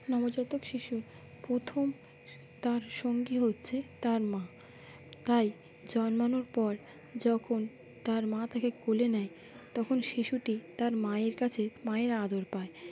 নবজাতক শিশুর প্রথম তার সঙ্গী হচ্ছে তার মা তাই জন্মানোর পর যখন তার মা তাকে কোলে নেয় তখন শিশুটি তার মায়ের কাছে মায়ের আদর পায়